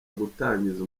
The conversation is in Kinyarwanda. gutangiza